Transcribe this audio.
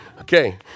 Okay